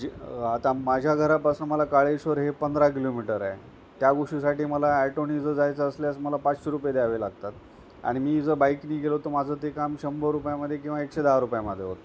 जे आता माझ्या घरा पासून मला काळेश्वर हे पंधरा किलोमीटर आहे त्या गोष्टीसाठी मला ॲटोनी जर जायचं असल्यास मला पाचशे रुपये द्यावे लागतात आणि मी जर बाईकनी गेलो तर माझं ते काम शंभर रुपयामध्ये किंवा एकशे दहा रुपयामध्ये होतं